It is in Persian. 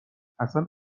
اصن